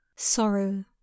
Sorrow